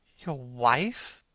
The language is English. your wife!